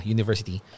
University